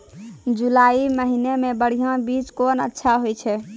जुलाई महीने मे बढ़िया बीज कौन अच्छा होय छै?